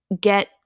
get